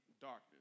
darkness